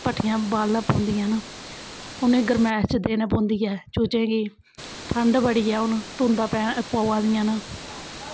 भट्ठियां बालना पौंदियां न उ'नेंई गरमैश देना पौंदी ऐ चूज़ें गी ठंड बड़ी ऐ हून धुंदां पै पवा दियां न